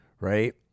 Right